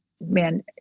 man